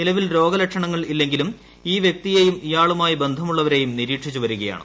നിലവിൽ രോഗലക്ഷണങ്ങൾ ഇല്ലെങ്കിലും ഈ വ്യക്തിയേയും ഇയാളുമായി ബന്ധമുള്ളവരേയും നിരീക്ഷിച്ചുവരികയാണ്